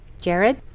Jared